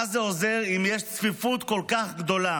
מה זה עוזר אם יש צפיפות כל כך גדולה